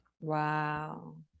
wow